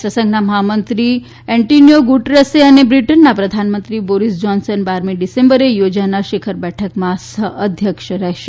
રાષ્ટ્રસંઘના મહામંત્રી Antonio Guterres અને બ્રિટનના પ્રધાનમંત્રી બોરિસ જોનસન બારમી ડિસેમ્બરે યોજાનારી શિખર બેઠકમાં સહ અધ્યક્ષ રહેશે